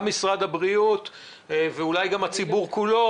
גם משרד הבריאות ואולי גם הציבור כולו.